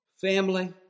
family